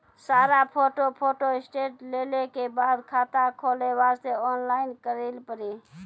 सारा photo photostat लेल के बाद खाता खोले वास्ते ऑनलाइन करिल पड़ी?